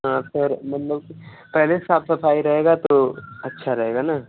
हँ सर मतलब पहले साफ सफाई रहेगा तो अच्छा रहेगा न